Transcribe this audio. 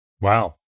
Wow